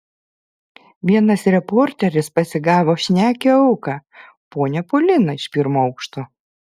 vienas reporteris pasigavo šnekią auką ponią poliną iš pirmo aukšto